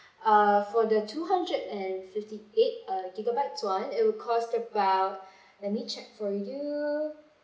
uh for the two hundred and fifty-eight uh gigabyte one it will cost about let me check for you